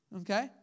okay